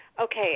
Okay